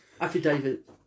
affidavit